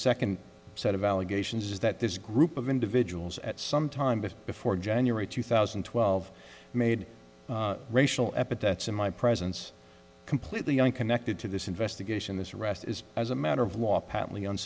second set of allegations is that this group of individuals at some time but before january two thousand and twelve made racial epithets in my presence completely unconnected to this investigation this arrest is as a matter of law patently